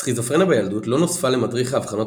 סכיזופרניה בילדות לא נוספה למדריך האבחנות